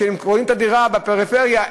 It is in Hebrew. שקונים את הדירה בפריפריה,